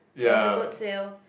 it was a good sale